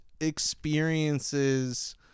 experiences